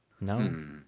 No